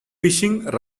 fishing